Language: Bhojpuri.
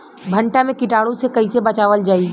भनटा मे कीटाणु से कईसे बचावल जाई?